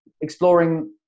exploring